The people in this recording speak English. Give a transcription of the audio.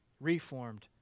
reformed